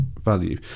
value